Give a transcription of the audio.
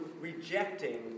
rejecting